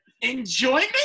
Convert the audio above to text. Enjoyment